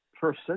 person